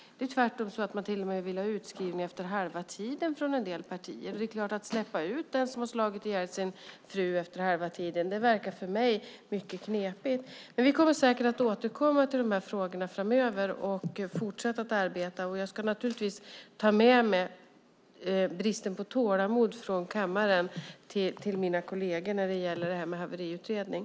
Tvärtom vill en del partier till och med ha utskrivning efter halva tiden. Att den som har slagit ihjäl sin fru ska släppas ut efter halva tiden verkar mycket knepigt för mig. Vi kommer säkert att återkomma till de här frågorna framöver och fortsätta att arbeta. Jag ska naturligtvis ta med mig att det finns en brist på tålamod i kammaren till mina kolleger när det gäller en haveriutredning.